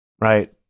right